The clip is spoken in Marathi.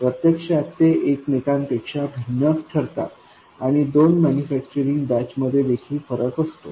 प्रत्यक्षात ते एकमेकांपेक्षा भिन्न ठरतात आणि दोन मॅन्युफॅक्चरिंग बॅच मध्ये देखील फरक असतो